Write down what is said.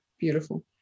beautiful